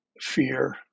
fear